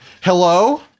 Hello